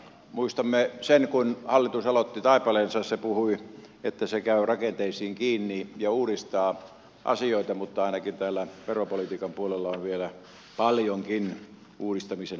muistamme sen kun hallitus aloitti taipaleensa että se puhui että se käy rakenteisiin kiinni ja uudistaa asioita mutta ainakin täällä veropolitiikan puolella on vielä paljonkin uudistamisen varaa